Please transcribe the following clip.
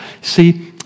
See